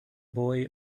boy